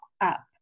up